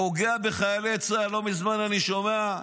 פוגע בחיילי צה"ל, לא מזמן אני שומע,